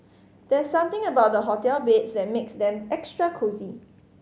there's something about the hotel beds that makes them extra cosy